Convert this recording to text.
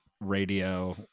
radio